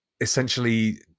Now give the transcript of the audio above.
essentially